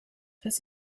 his